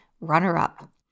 runner-up